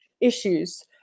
issues